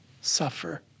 suffer